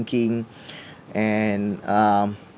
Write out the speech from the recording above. and um